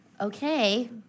Okay